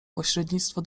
pośrednictwo